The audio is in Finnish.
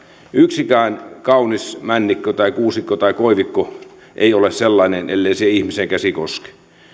yksikään kaunis männikkö kuusikko tai koivikko ei ole sellainen ellei siihen ihmisen käsi koske